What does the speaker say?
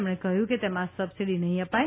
તેમણે કહ્યું કે તેમાં સબસીડી નહીં અપાય